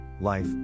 life